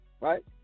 right